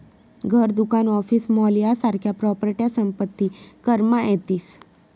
घर, दुकान, office, mall यासारख्या प्रॉपर्ट्या संपत्ती करमा येतीस